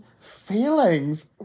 feelings